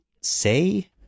say